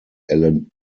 allen